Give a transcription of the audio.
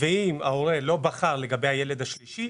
ואם ההורה לא בחר לגבי הילד השלישי,